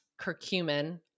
curcumin